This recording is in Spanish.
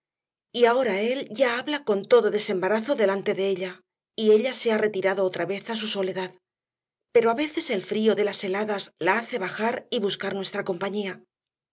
cazar y ahora él ya habla con todo desembarazo delante de ella y ella se ha retirado otra vez a su soledad pero a veces el frío de las heladas la hace bajar y buscar nuestra compañía